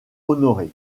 honoré